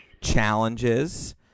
challenges